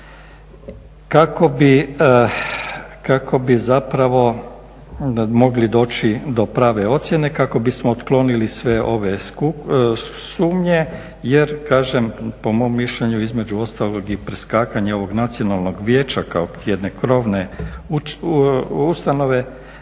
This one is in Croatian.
kako bi zapravo mogli doći do prave ocjene kako bismo otklonili sve ove sumnje jer kažem po mom mišljenju između ostalog i preskakanje ovog Nacionalnog vijeća kao jedne krovne ustanove